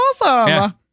awesome